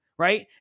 right